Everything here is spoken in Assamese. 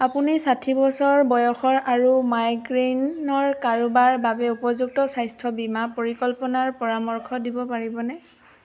আপুনি ষাঠি বছৰ বয়সৰ আৰু মাইগ্ৰেইনৰ কাৰোবাৰ বাবে উপযুক্ত স্বাস্থ্য বীমা পৰিকল্পনাৰ পৰামৰ্শ দিব পাৰিবনে